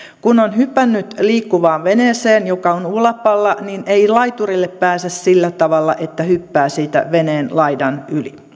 kun on hypännyt liikkuvaan veneeseen joka on ulapalla niin ei laiturille pääse sillä tavalla että hyppää siitä veneenlaidan